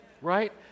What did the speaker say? Right